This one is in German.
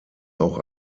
auch